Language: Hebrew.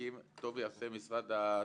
הוותיקים טוב יעשה משרד התרבות